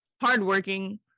hardworking